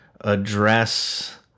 address